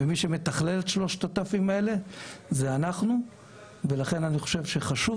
מי שמתכלל את שלושת הנושאים זה אנחנו ולכן אני חושב שחשוב